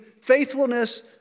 faithfulness